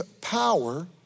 power